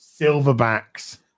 Silverbacks